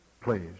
Please